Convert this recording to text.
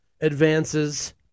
advances